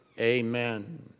Amen